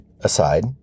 Aside